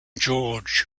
george